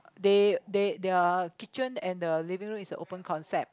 they they their kitchen and the living room is the open concept